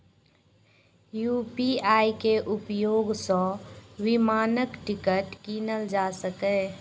UPI के उपयोग सं विमानक टिकट कीनल जा सकैए